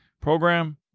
program